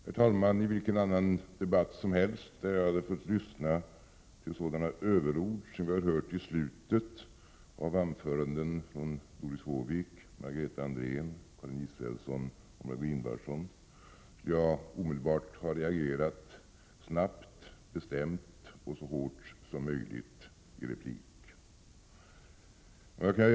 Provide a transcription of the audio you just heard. Herr talman! I vilken annan debatt som helst där jag hade fått lyssna till sådana överord som jag har hört i slutet av anföranden från Doris Håvik, Margareta Andrén, Karin Israelsson och Marg6 Ingvardsson skulle jag omedelbart ha reagerat snabbt, bestämt och så hårt som möjligt i replik.